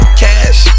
cash